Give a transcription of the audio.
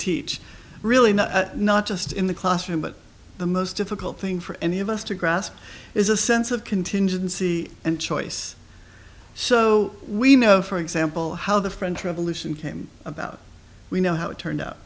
teach really not just in the classroom but the most difficult thing for any of us to grasp is a sense of contingency and choice so we know for example how the french revolution came about we know how it turned out